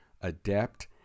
adept